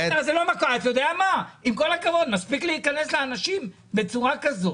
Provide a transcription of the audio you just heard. עם כל הכבוד, מספיק להיכנס לאנשים בצורה כזאת.